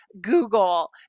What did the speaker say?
Google